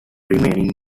remaining